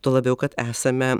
tuo labiau kad esame